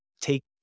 take